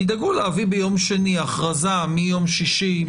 תדאגו להביא ביום שני הכרזה מיום שישי,